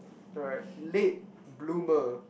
alright late bloomer